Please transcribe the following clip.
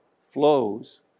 flows